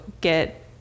get